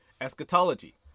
eschatology